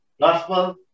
gospel